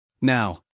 Now